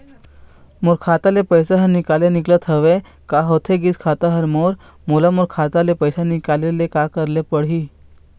मोर खाता ले पैसा हर निकाले निकलत हवे, का होथे गइस खाता हर मोर, मोला मोर खाता ले पैसा निकाले ले का करे ले पड़ही?